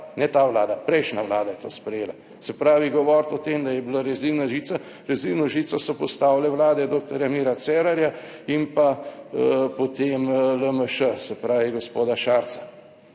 ne ta Vlada, prejšnja vlada je to sprejela. Se pravi, govoriti o tem, da je bila rezilna žica, rezilno žico so postavile vlade doktorja Mira Cerarja in pa, potem LMŠ, se pravi, gospoda Šarca.